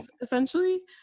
essentially